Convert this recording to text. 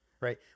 right